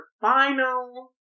final